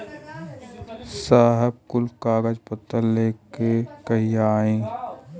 साहब कुल कागज पतर लेके कहिया आई?